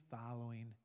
following